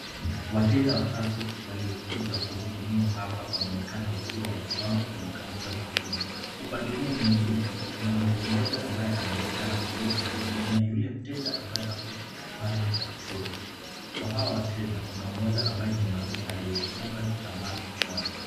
Wateza watatu waliokuja kuhudumiwa hapa wanaonekana wakiwa wamesimama kwenye kaunta za huduma. Upande huu mwingine, kuna mtu mmoja ambaye anaonekana akiwa ana mhudumia yule mteza ambaye hapo upande wa kushoto. Kwa hawa wateza, kuna mmoja ambaye ni mwanamke aliyejifunga kitambaa kichwani.